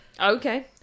Okay